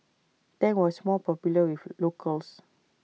Tang was more popular with locals